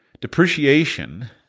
depreciation